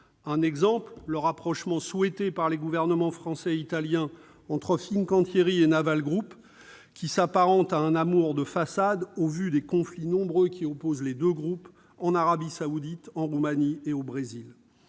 Par exemple, le rapprochement, souhaité par les gouvernements français et italien, entre Fincantieri et Naval Group s'apparente à un amour de façade, au vu des conflits qui opposent les deux groupes en Arabie saoudite, en Roumanie et au Brésil.